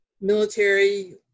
military